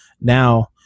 now